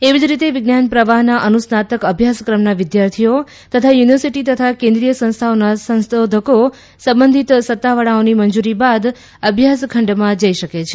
એવી જ રીતે વિજ્ઞાન પ્રવાહના અનુસ્નાતક અભ્યાસક્રમના વિદ્યાર્થીઓ તથા યુનિવર્સિટી તથા કેન્દ્રીય સંસ્થાઓના સંશોધકો સંબંધિત સત્તાવાળાઓની મંજુરી બાદ અભ્યાસ ખંડમાં જઈ શકે છે